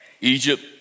Egypt